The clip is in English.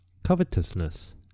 Covetousness